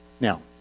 Now